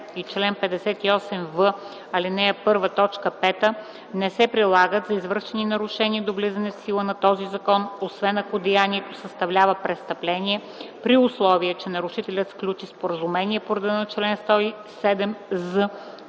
и чл. 58в, ал. 1, т. 5 не се прилагат за извършени нарушения до влизането в сила на този закон, освен ако деянието съставлява престъпление, при условие че нарушителят сключи споразумение по реда на чл. 107з в